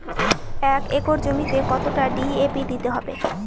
এক একর জমিতে কতটা ডি.এ.পি দিতে হবে?